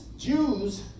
Jews